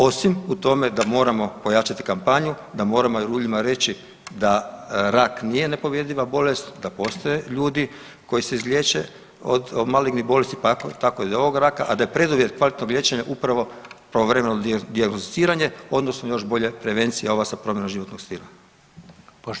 Osim u tome da moramo pojačati kampanju, da moramo ljudima reći da rak nije nepobjediva bolest, da postoje ljudi koji se izliječe od malignih bolesti, pa tako i od ovog raka, a da je preduvjet kvalitetnog liječenja upravo pravovremeno dijagnosticiranje, odnosno još bolje prevencija ova sa promjenom životnog stila.